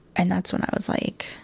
and that's when i was like.